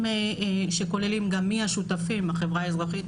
שכוללים גם מי השותפים החברה האזרחית,